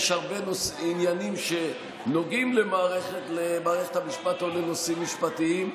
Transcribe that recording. יש הרבה עניינים שנוגעים למערכת המשפט או לנושאים משפטיים,